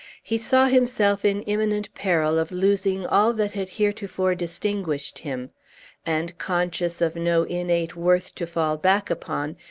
he saw himself in imminent peril of losing all that had heretofore distinguished him and, conscious of no innate worth to fall back upon,